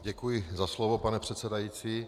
Děkuji za slovo, pane předsedající.